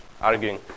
arguing